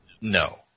No